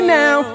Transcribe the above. now